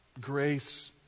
Grace